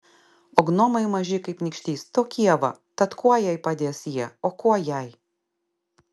o gnomai maži kaip nykštys tokie va tad kuo jai padės jie o kuo jai